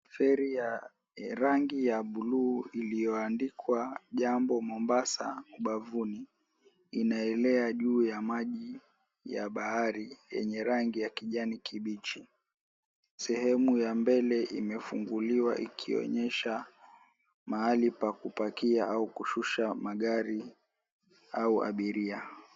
Feri ya rangi ya buluu iliyoandikwa, Jambo Mombasa, ubavuni inaelea juu ya maji ya bahari yenye rangi ya kijani kibichi. Sehemu ya mbele imefunguliwa ikionyesha mahali pa kupakia au kushusha magari au abiria.